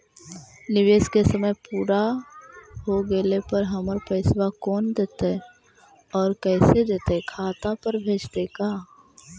निवेश के समय पुरा हो गेला पर हमर पैसबा कोन देतै और कैसे देतै खाता पर भेजतै का?